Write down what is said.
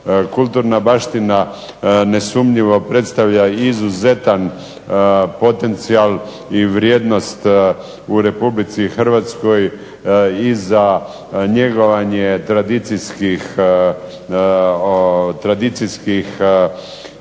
Kulturna baština nesumnjivo predstavlja izuzetan potencijal i vrijednost u Republici Hrvatskoj i za njegovanje tradicijskih